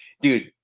dude